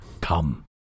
Come